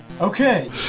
Okay